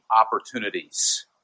opportunities